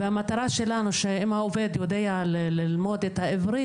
והמטרה שלנו שאם העובד יודע ללמוד את העברית,